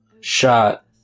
shot